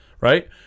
right